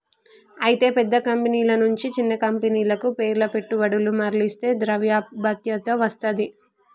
అయితే పెద్ద కంపెనీల నుంచి చిన్న కంపెనీలకు పేర్ల పెట్టుబడులు మర్లిస్తే ద్రవ్యలభ్యత వస్తది